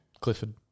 Clifford